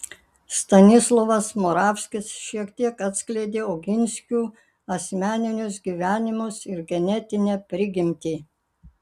stanislovas moravskis šiek tiek atskleidė oginskių asmeninius gyvenimus ir genetinę prigimtį